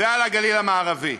ועל הגליל המערבי.